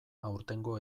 aurtengo